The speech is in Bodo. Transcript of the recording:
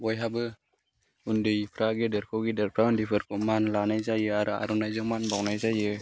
बयहाबो उन्दैफ्रा गेदेरखौ गेदेरफ्रा उन्दैफोरखौ मान लानाय जायो आरो आर'नाइजों मान बाउनाय जायो